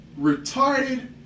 retarded